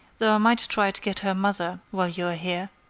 though i might try to get her mother while you are here.